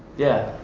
yeah,